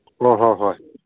ꯍꯣꯏ ꯍꯣꯏ ꯍꯣꯏ